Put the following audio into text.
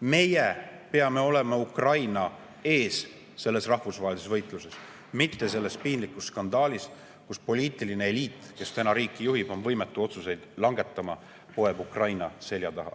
Meie peame olema Ukraina ees selles rahvusvahelises võitluses, mitte selles piinlikus skandaalis, kus poliitiline eliit, kes täna riiki juhib, on võimetu otsuseid langetama, poeb Ukraina selja taha.